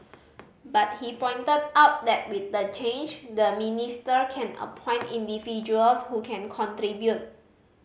but he pointed out that with the change the minister can appoint individuals who can contribute